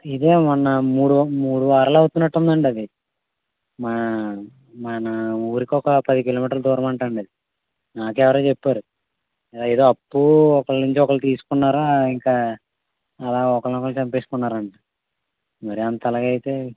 ఇదే మొన్న మూడు మూడు వారాలవుతున్నటుందండది మా మన ఊరికొక పది కిలోమీటర్లు దూరమంటండి అది నాకే ఎవరో చెప్పారు ఏదో అప్పూ ఒకరినుంచి ఒకరు తీసుకున్నారు ఇంకా అలా ఒకరిని ఒకరు చంపేసుకున్నారంట మరీ అంత అలగయితే